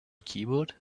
keyboard